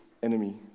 enemy